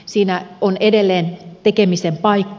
siinä on edelleen tekemisen paikka